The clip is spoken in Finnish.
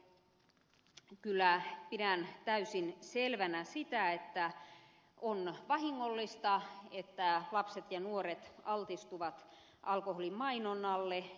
nimittäin kyllä pidän täysin selvänä sitä että on vahingollista että lapset ja nuoret altistuvat alkoholin mainonnalle